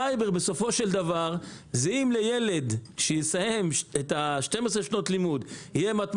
בסופו של דבר אם לילד שיסיים 12 שנות לימוד תהיה בגרות במתמטיקה,